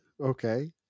Okay